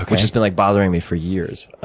which has been like bothering me for years.